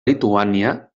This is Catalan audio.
lituània